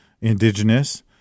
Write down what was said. indigenous